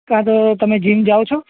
ક્યાં તો તમે જિમ જાઓ છો